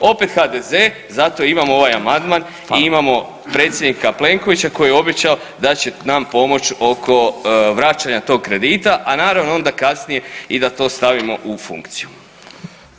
Opet HDZ, zato imamo ovaj amandman i imamo predsjednika Plenkovića koji je obećao da će nam pomoći oko vraćanja tog kredita, a naravno onda kasnije i da to stavimo u funkciju.